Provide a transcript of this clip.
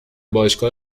باشگاه